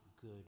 good